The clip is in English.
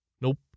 Nope